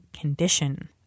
condition